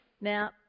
Now